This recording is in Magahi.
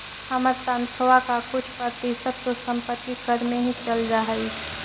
हमर तनख्वा का कुछ प्रतिशत तो संपत्ति कर में ही चल जा हई